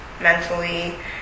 mentally